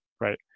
right